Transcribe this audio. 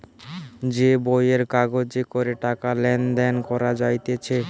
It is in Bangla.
যে বইয়ের কাগজে করে টাকা লেনদেন করা যাইতেছে